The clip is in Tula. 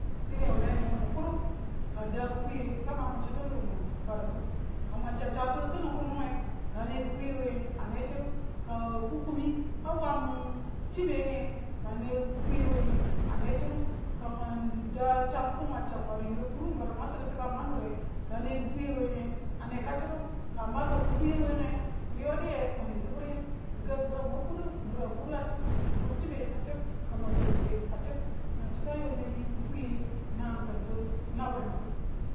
dine wuneniye mun kuru ka n dag ki fwiye ka mamin chi murmunu ku baditu ka mwang chau chabtitu kini kinunge ka a ne kiwyiye wenge ane ka chiru ka kikumi a waamin chibe ka ane kifwiye wenge ane chru ka mwang daa chatitu mwang chaw man ri we kururi we kuru mun badu mwang tiku tikan mwan nure ka ane kifwiye wenge aneka chiru ka ma ka kifwiye, wenge mun yo du ye mwang nwetibu riye kikang kikang mwang kudu, n nura kuru a chir n nur chibo a chir ka mwan twau luke a chir nang chita yo mang yi kifwiye nangin kitu nabwen nabwenitu.